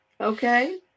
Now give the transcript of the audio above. Okay